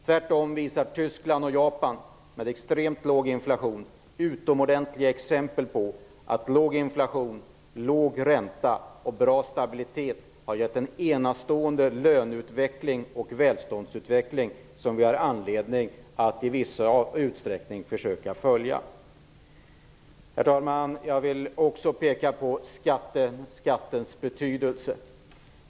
Tvärtom är Tyskland och Japan, med extremt låg inflation, utomordentliga exempel på att låg inflation, låg ränta och bra stabilitet har gett en enastående löne och välståndsutveckling, som vi har anledning att försöka följa i viss utsträckning. Herr talman! Jag vill också peka på skattens betydelse.